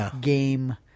game